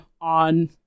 on